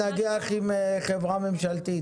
עם חברה ממשלתית.